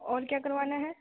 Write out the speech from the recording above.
اور کیا کروانا ہے